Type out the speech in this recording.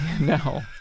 no